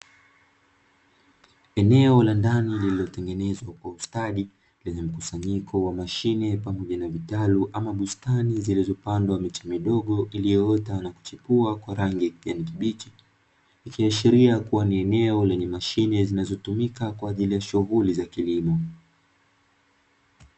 Eneo la ndani lililotengenezwa kwa ustadi lenye mkusanyiko wa mashine pamoja na vitalu ama bustani zilizopandwa miche midogo iliyoota na kuchipua kwa rangi ya kijani kibichi, ikiashiria kuwa ni eneo lenye mashine zinazotumika kwa ajili ya shughuli za kilimo.